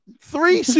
Three